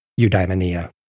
Eudaimonia